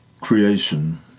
creation